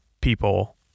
people